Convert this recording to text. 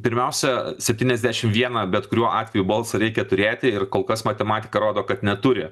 pirmiausia septyniasdešim vieną bet kuriuo atveju balsą reikia turėti ir kol kas matematika rodo kad neturi